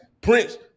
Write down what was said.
Prince